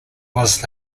was